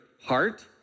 heart